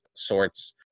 sorts